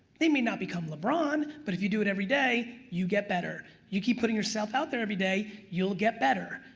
they may not become lebron, but if you do it every day, you get better. you keep putting yourself out there every day, you'll get better.